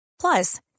Plus